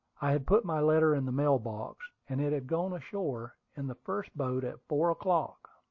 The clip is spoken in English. i had put my letter in the mail-box, and it had gone ashore in the first boat at four o'clock.